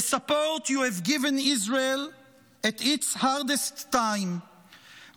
The support you've given Israel at its hardest time will